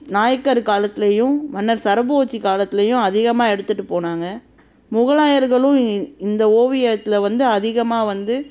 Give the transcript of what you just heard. நாயக்கர் காலத்துலேயும் மன்னர் சரபோஜி காலத்துலேயும் அதிகமாக எடுத்துகிட்டுப் போனாங்க முகலாயர்களும் இந் இந்த ஓவியத்தில் வந்து அதிகமாக வந்து